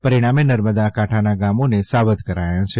પરિણામે નર્મદા કાંઠાના ગામોને સાવધ કરાયા છે